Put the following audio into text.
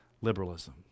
liberalism